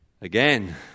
again